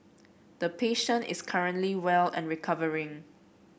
the patient is currently well and recovering